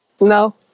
No